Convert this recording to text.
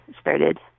started